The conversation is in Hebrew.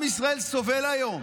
עם ישראל סובל היום,